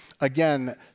Again